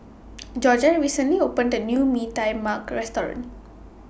Georgette recently opened A New Mee Tai Mak Restaurant